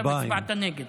נכון, הצבעתי נגד.